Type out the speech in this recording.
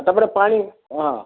ଆ ତାପରେ ପାଣି ହଁ